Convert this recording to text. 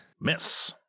Miss